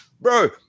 Bro